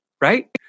right